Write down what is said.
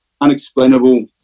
unexplainable